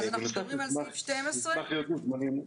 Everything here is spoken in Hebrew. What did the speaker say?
נשמח להיות מוזמנים.